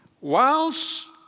Whilst